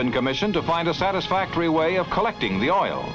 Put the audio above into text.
been commissioned to find a satisfactory way of collecting the oil